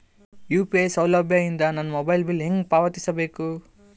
UPI ಸೌಲಭ್ಯ ಇಂದ ನನ್ನ ಮೊಬೈಲ್ ಬಿಲ್ ಹೆಂಗ್ ಪಾವತಿಸ ಬೇಕು?